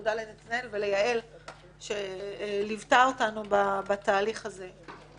תודה לנתנאל וליעל שליוותה אותנו בתהליך הזה,